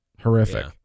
horrific